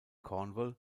cornwall